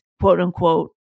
quote-unquote